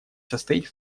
состоит